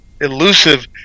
elusive